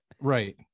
right